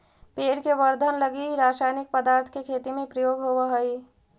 पेड़ के वर्धन लगी रसायनिक पदार्थ के खेती में प्रयोग होवऽ हई